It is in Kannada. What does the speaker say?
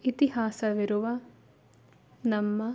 ಇತಿಹಾಸವಿರುವ ನಮ್ಮ